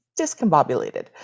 discombobulated